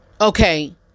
Okay